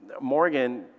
Morgan